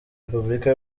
repubulika